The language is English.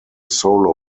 solo